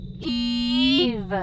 Eve